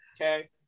Okay